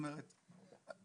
זאת אומרת,